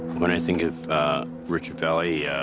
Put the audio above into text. when i think of richard vallee,